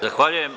Zahvaljujem.